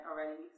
already